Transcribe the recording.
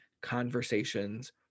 conversations